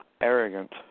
arrogant